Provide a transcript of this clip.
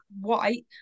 white